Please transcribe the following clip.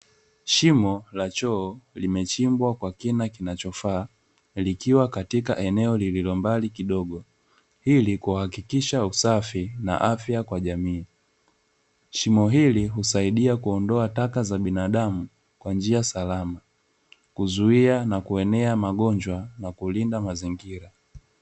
Shimo la choo limechimbwa kwa kina kinachofaa likiwa katika eneo lililombali kidogo, ili kuhakikisha usafi na afya kwa jamii. Shimo hili husaidia kuondoa taka za binadamu kwa njia salama, kuzuia na kuenea magonjwa na kulinda mazingira.